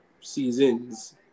Seasons